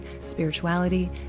spirituality